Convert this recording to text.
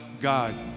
God